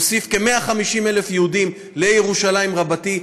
נוסיף כ-150,000 יהודים לירושלים רבתי,